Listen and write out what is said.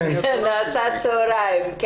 בצוהריים.